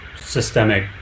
systemic